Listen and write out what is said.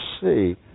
see